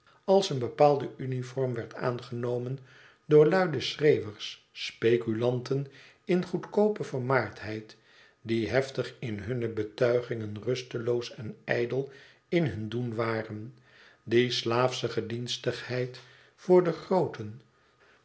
als eene bepaalde uniform werd aangenomen door luide schreeuwers speculanten in goedkoope vermaardheid die heftig in hunne betuigingen rusteloos en ijdel in hun doen waren die slaafsche gedienstigheid voor de grooten